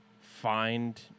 find